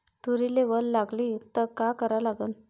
तुरीले वल लागली त का करा लागन?